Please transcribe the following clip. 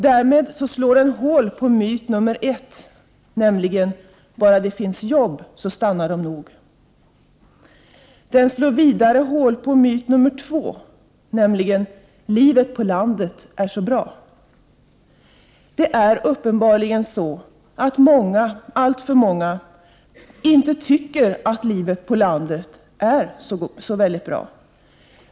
Därmed slår statistiken hål på myt nummer ett: bara det finns jobb, så stannar de nog. Men den slår också hål på myt nummer två: Livet på landet är så bra. Uppenbarligen tycker alltför många att livet på landet inte är särskilt bra.